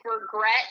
regret